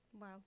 Wow